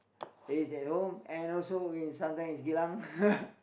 is at home and also in sometimes Geylang